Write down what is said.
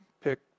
pick